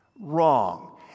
wrong